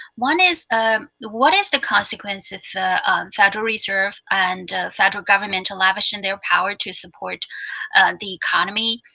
one is what is the consequence if federal reserve and federal government are lavish in their power to support the economy?